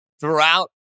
throughout